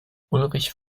ulrich